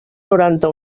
noranta